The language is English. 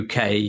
UK